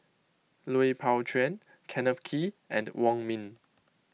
Lui Pao Chuen Kenneth Kee and Wong Ming